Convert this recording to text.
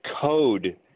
code